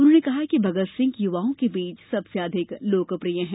उन्होंने कहा कि भगत सिंह युवाओं के बीच सबसे अधिक लोकप्रिय हैं